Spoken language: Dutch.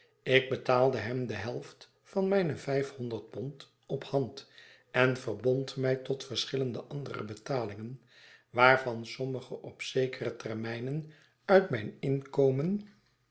ik betaalde hem de helft van mijne vijfhonderd pond op hand en verbond mij tot verschillende andere betalingen waarvan sommige op zekere termijnen uit mijn inkomen